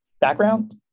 background